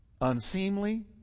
unseemly